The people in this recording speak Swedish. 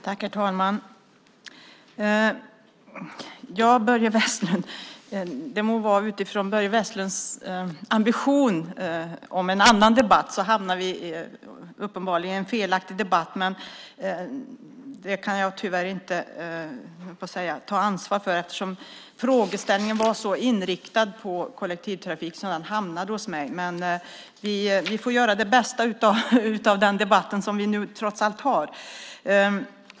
Herr talman! Utifrån Börje Vestlunds ambition om en annan debatt hamnar vi uppenbarligen i en felaktig debatt. Det kan jag tyvärr inte ta ansvar för eftersom frågeställningen var inriktad på kollektivtrafik och därmed hamnade hos mig. Men vi får göra det bästa av den debatt som vi nu trots allt har.